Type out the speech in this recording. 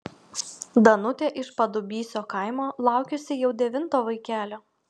danutė iš padubysio kaimo laukiasi jau devinto vaikelio